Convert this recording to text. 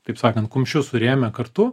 taip sakant kumščius surėmę kartu